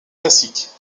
classiques